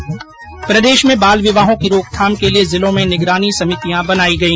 ्र प्रदेश में बाल विवाहों की रोकथाम के लिए जिलों में निगरानी समितियां बनाई गई